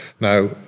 Now